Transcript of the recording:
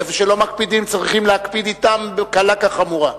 איפה שלא מקפידים צריכים להקפיד אתם קלה כחמורה.